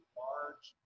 large